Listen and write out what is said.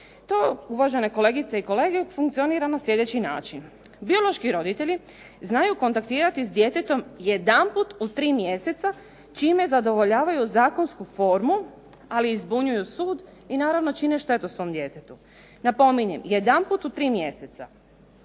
To uvažene kolegice i kolege funkcionira na slijedeći način. Biološki roditelji znaju kontaktirati s djetetom jedanput u tri mjeseca čime zadovoljavaju zakonsku formu ali i zbunjuju sud i naravno čine štetu svom djetetu. Napominjem, jedanput u tri mjeseca.